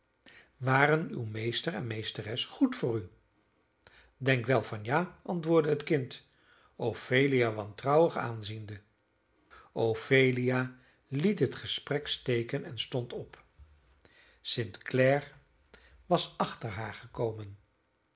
waren uw meester en uw meesteres goed voor u denk wel van ja antwoordde het kind ophelia wantrouwig aanziende ophelia liet het gesprek steken en stond op st clare was achter haar gekomen